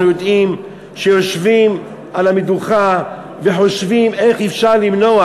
אנחנו יודעים שיושבים על המדוכה וחושבים איך אפשר למנוע,